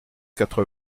quatre